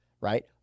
right